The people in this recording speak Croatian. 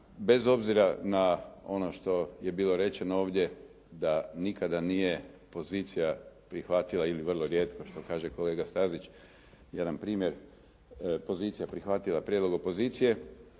bez obzira na ono što je bilo rečeno ovdje da nikada nije pozicija prihvatila ili vrlo rijetko što kaže kolega Stazić jedan primjer, pozicija prihvatila prijedlog opozicije